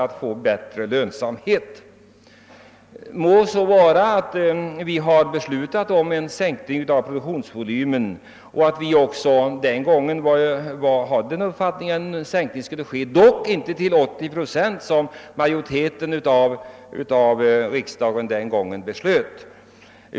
Må så vara att riksdagen år 1967 har beslutat om en sänkning av produktionsvolymen och att vi då också från jordbrukarhåll hade den uppfattningen att en viss sänkning måste ske, även om vi inte ville gå så långt ned som till den §0-procentiga = försörjningsgrad som riksdagen beslutade.